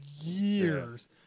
years